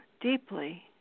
deeply